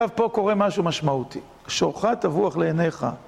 עכשיו פה קורה משהו משמעותי, שורך טבוח לעיניך.